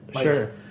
Sure